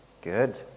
Good